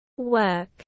work